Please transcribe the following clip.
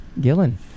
Gillen